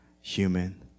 human